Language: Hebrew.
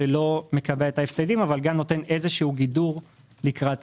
שלא מקבע את ההפסדים אבל גם נותן איזשהו גידור לקראת